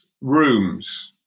rooms